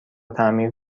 تعمیر